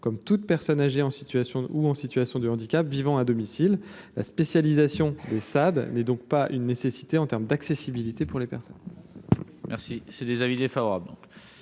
comme toute personne âgée en situation ou en situation de handicap vivant à domicile, la spécialisation des Sade n'est donc pas une nécessité en terme d'accessibilité pour les personnes. Merci, c'est des avis défavorables